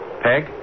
Peg